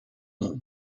more